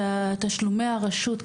את תשלומי הרשות,